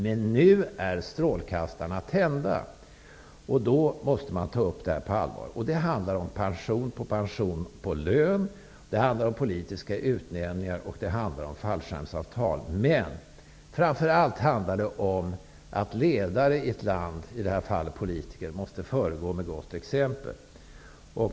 Men nu är strålkastarna tända, och därför måste frågan på allvar tas upp. Det handlar alltså om pension på pension på lön. Det handlar om polititiska utnämningar. Det handlar om fallskärmsavtal. Men framför allt handlar det om att ledare i ett land, i det här fallet gäller det politiker, måste föregå med gott exempel.